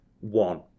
one